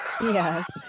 Yes